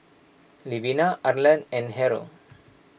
Levina Arlan and Harrold